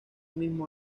mismo